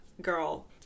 girl